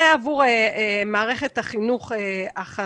ותקופה מגזר חרדי.) זה עבור מערכת החינוך החרדית.